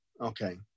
Okay